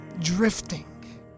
drifting